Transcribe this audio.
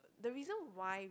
the reason why